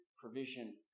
provision